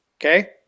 Okay